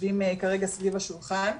יושבים כרגע סביב השולחן.